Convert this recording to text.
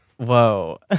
Whoa